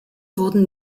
wurden